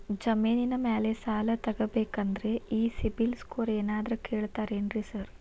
ಜಮೇನಿನ ಮ್ಯಾಲೆ ಸಾಲ ತಗಬೇಕಂದ್ರೆ ಈ ಸಿಬಿಲ್ ಸ್ಕೋರ್ ಏನಾದ್ರ ಕೇಳ್ತಾರ್ ಏನ್ರಿ ಸಾರ್?